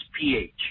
pH